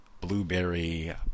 Blueberry